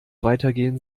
weitergehen